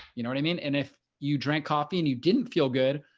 you know what i mean? and if you drink coffee and you didn't feel good,